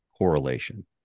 correlation